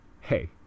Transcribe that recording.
Hey